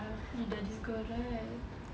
ya you daddy's girl right